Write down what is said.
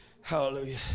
hallelujah